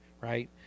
right